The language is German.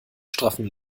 straffen